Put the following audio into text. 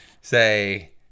Say